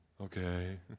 okay